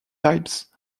types